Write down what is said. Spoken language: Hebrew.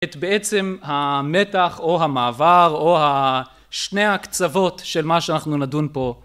את בעצם המתח או המעבר או שני הקצוות של מה שאנחנו נדון פה